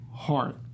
Heart